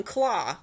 Claw